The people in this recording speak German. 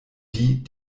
die